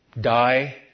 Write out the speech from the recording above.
Die